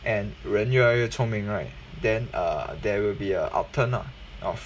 and when 越来越聪明 right then err there will be a alternate of